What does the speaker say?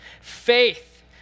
Faith